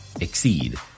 exceed